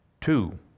Two